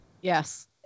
Yes